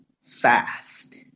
fast